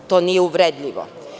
To nije uvredljivo.